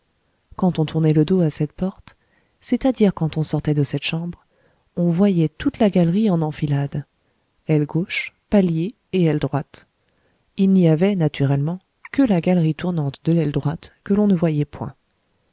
quand on tournait le dos à cette porte c'est-à-dire quand on sortait de cette chambre on voyait toute la galerie en enfilade aile gauche palier et aile droite il n'y avait naturellement que la galerie tournante de l'aile droite que l'on ne voyait point